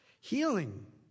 Healing